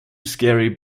scary